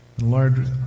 Lord